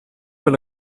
per